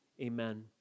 amen